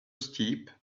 steep